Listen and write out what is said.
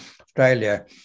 Australia